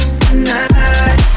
tonight